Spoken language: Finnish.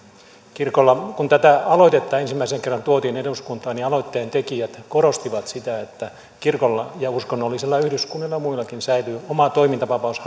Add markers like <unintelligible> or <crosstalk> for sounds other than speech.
kun tätä aloitetta ensimmäisen kerran tuotiin eduskuntaan niin aloitteen tekijät korostivat sitä että kirkolla ja uskonnollisilla yhdyskunnilla ja muillakin säilyy oma toimintavapaus <unintelligible>